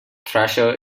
thrasher